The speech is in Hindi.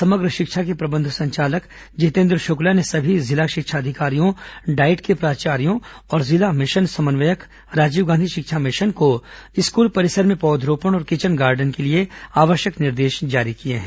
समग्र शिक्षा के प्रबंध संचालक जितेन्द्र श्क्ला ने सभी जिला शिक्षा अधिकारियों डाईट के प्राचायों और जिला मिशन समन्वयक राजीव गांधी शिक्षा मिशन को स्कूल परिसर में पौधरोपण और किचन गार्डन के लिए आवश्यक निर्देश जारी किए हैं